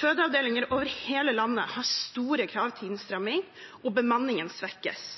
Fødeavdelinger over hele landet har store krav til innstramming, og bemanningen svekkes.